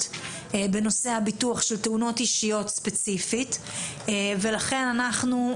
בנושא הביטוח של תאונות אישיות ספציפית ולכן אנחנו,